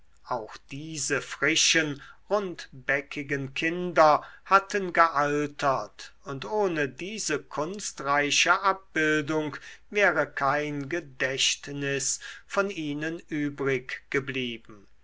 auch diese frischen rundbäckigen kinder hatten gealtert und ohne diese kunstreiche abbildung wäre kein gedächtnis von ihnen übrig geblieben